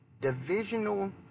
divisional